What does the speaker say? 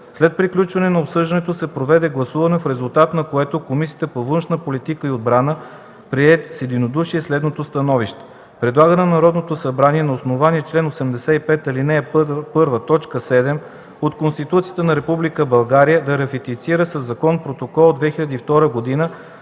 След приключването на обсъждането се проведе гласуване, в резултат на което Комисията по външна политика и отбрана прие с единодушие следното становище: Предлага на Народното събрание, на основание чл. 85, ал. 1, т. 7 от Конституцията на Република България, да ратифицира със закон Протокола от 2002 г.